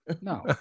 No